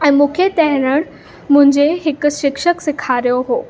ऐं मुखे तरण मुंहिंजे हिकु शिक्षक सेखारियो हुओ